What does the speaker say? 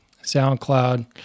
SoundCloud